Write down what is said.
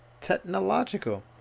technological